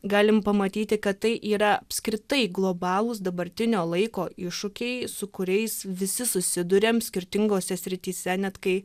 galime pamatyti kad tai yra apskritai globalūs dabartinio laiko iššūkiai su kuriais visi susiduriame skirtingose srityse net kai